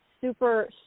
super